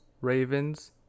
Ravens